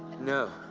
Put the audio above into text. no.